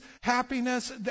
happiness